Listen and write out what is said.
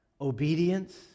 obedience